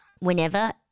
Whenever